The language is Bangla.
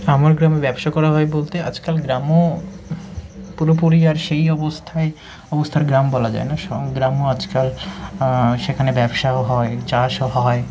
আমার গ্রামে ব্যবসা করা হয় বলতে আজকাল গ্রাম্য পুরোপুরি আর সেই অবস্থায় অবস্থার গ্রাম বলা যায় না সব গ্রামও আজকাল সেখানে ব্যবসাও হয় চাষও হয়